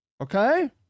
Okay